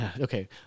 Okay